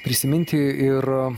prisiminti ir